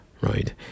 right